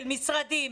של משרדים,